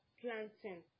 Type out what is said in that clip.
planting